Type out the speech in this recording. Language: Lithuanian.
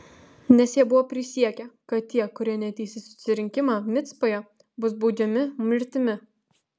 nes jie buvo prisiekę kad tie kurie neateis į susirinkimą micpoje bus baudžiami mirtimi